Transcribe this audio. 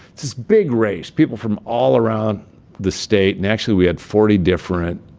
it's this big race. people from all around the state. and actually, we had forty different